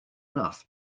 enough